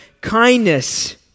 kindness